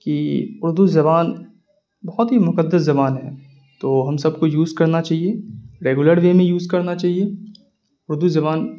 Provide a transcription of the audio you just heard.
کہ اردو زبان بہت ہی مقدس زبان ہے تو ہم سب کو یوز کرنا چاہیے ریگولر وے میں یوز کرنا چاہیے اردو زبان